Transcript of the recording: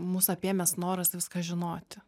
mus apėmęs noras viską žinoti